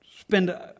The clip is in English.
spend